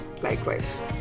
Likewise